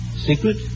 secret